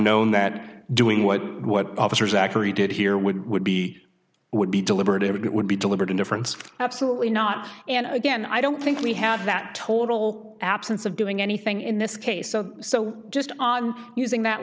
known that doing what what officers actually did here would would be would be deliberate it would be deliberate indifference absolutely not and again i don't think we have that total absence of doing anything in this case so just on using that